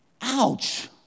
Ouch